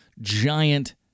giant